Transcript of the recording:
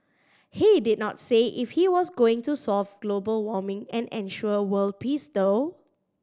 he did not say if he was going to solve global warming and ensure world peace though